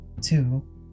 Two